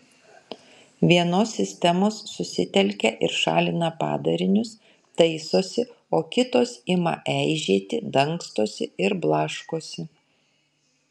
vienos sistemos susitelkia ir šalina padarinius taisosi o kitos ima eižėti dangstosi ir blaškosi